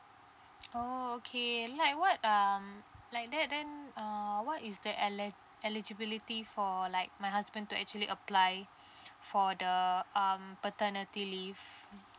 oh okay like what um like that then um what is the eli~ eligibility for like my husband to actually apply for the um paternity leave